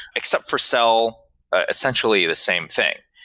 except for so ah essentially the same thing.